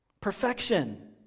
Perfection